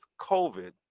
COVID